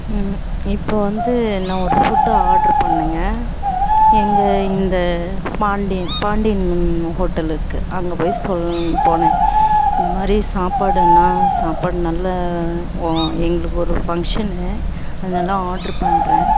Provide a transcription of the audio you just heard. இப்போது வந்து நான் ஒரு ஃபுட்டு ஆர்ட்ரு பண்ணேங்க எங்கே இந்த பாண்டியன் பாண்டியன் ஹோட்டல் இருக்குது அங்கே போய் சொல்ல போனேன் இந்த மாதிரி சாப்பாடுனால் சாப்பாடு நல்ல எங்களுக்கு ஒரு ஃபங்க்ஷனு அதனால ஆர்டரு பண்ணுறேன்